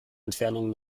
entfernung